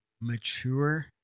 mature